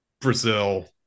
Brazil